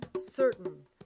certain